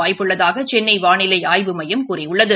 வாய்ப்பு உள்ளதாக சென்னை வானிலை ஆய்வு மையம் கூறியுள்ளது